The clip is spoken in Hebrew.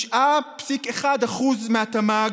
9.1% מהתמ"ג,